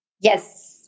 Yes